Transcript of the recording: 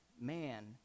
man